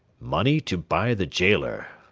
money to buy the gaoler!